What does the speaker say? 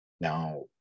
Now